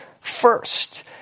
first